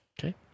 okay